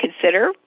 consider